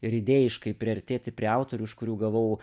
ir idėjiškai priartėti prie autorių iš kurių gavau